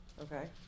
Okay